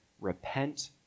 Repent